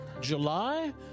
July